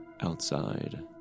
Outside